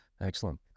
Excellent